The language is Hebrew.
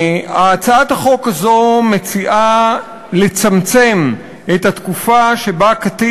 הצעת החוק הזאת מציעה לצמצם את התקופה שבה קטין